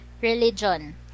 Religion